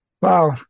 Wow